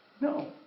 No